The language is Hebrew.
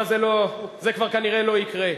אבל זה כבר כנראה לא יקרה.